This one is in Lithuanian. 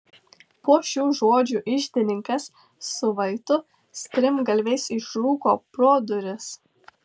po šių žodžių iždininkas su vaitu strimgalviais išrūko pro duris